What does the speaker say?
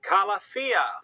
Calafia